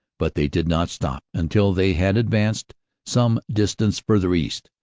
but they did not stop until they had advanced some distance further east.